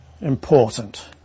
important